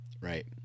Right